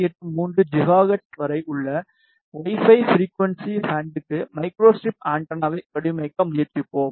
483 gigahertz வரை உள்ள wifi frequency பேண்ட்டுக்கு மைக்ரோஸ்ட்ரிப் ஆண்டெனாவை வடிவமைக்க முயற்சிப்போம்